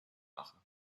mache